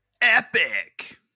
epic